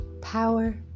power